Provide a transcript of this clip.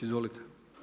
Izvolite.